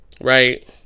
Right